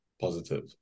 positive